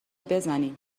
بزنیم